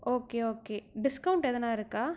okay okay discount எதுனால் இருக்கா